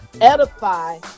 edify